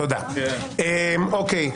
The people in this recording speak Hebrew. תודה רבה.